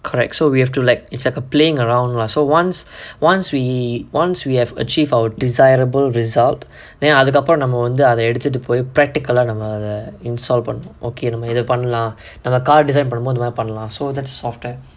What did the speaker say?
correct so we have to like it's like a playing around lah so once once we once we have achieved our desirable result then அதுக்கு அப்புறம் நம்ம வந்து அத எடுத்துட்டு போயி:athukku appuram namma vanthu atha eduthuttu poyi practical ah நம்ம அத:namma atha install பண்ணும்:pannum okay நம்ம இத பண்லாம் நம்ம:namma itha panlaam namma car design பண்ணமோது இந்தமாரி பண்லாம்:pannamothu inthamaari panlaam so that's software